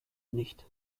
nicht